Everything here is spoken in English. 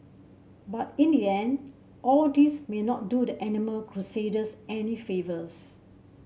but in the end all this may not do the animal crusaders any favours